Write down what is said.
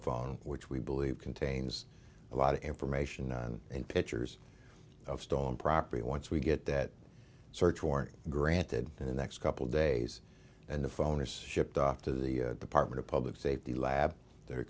phone which we believe contains a lot of information and pictures of stolen property once we get that search warrant granted in the next couple days and the phone is shipped off to the department of public safety lab their